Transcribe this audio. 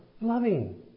loving